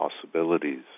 possibilities